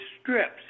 strips